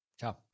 Ciao